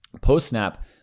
Post-snap